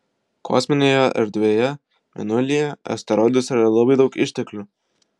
kosminėje erdvėje mėnulyje asteroiduose yra labai daug išteklių